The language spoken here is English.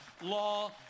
law